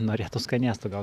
norėtų skanėstų gaut